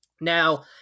Now